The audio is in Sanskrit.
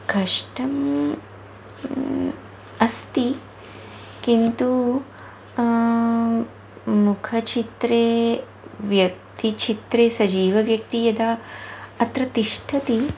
कष्टम् अस्ति किन्तु मुखचित्रे व्यक्तिचित्रे सजीवव्यक्तिः यदा अत्र तिष्ठति